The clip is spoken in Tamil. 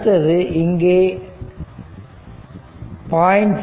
அடுத்தது இங்கே 0